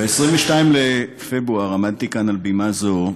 ב-22 בפברואר עמדתי כאן, על בימה זו,